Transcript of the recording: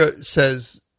says